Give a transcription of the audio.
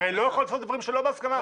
הרי לא יכולנו לעשות דברים שלא בהסכמה.